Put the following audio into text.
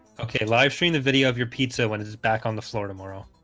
okay live stream the video of your pizza when it is back on the floor tomorrow